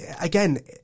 again